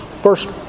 first